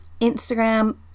Instagram